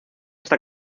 está